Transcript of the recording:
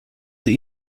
sie